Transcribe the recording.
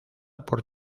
por